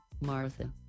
Martha